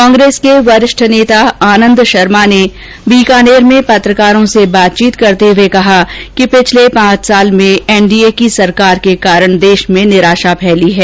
कांग्रेस के वरिष्ठ नेता आनंद शर्मा ने बीकानेर में पत्रकारों से बातचीत करते हुए कहा कि पिछले पांच साल में एनडीए की सरकार के कारण देश में निराशा फैली है